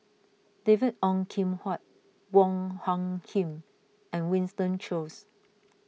David Ong Kim Huat Wong Hung Khim and Winston Choos